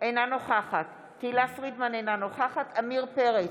אינה נוכחת תהלה פרידמן, אינה נוכחת עמיר פרץ,